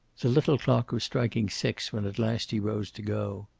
the little clock was striking six when at last he rose to go.